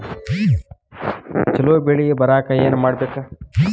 ಛಲೋ ಬೆಳಿ ಬರಾಕ ಏನ್ ಮಾಡ್ಬೇಕ್?